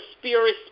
spirit